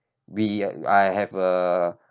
we I have a